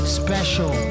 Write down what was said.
special